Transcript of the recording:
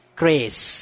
grace